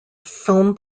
film